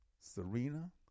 Serena